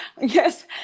Yes